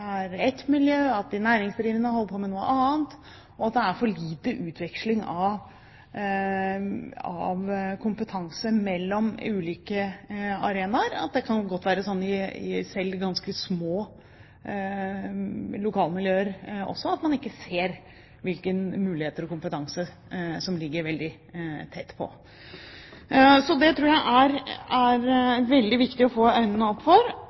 ett miljø, at de næringsdrivende holder på med noe annet, og at det er for lite utveksling av kompetanse mellom ulike arenaer. Det kan godt være sånn selv i ganske små lokalmiljøer at man ikke ser hvilke muligheter og hvilken kompetanse som ligger veldig tett på. Så det tror jeg det er veldig viktig å få øynene opp for.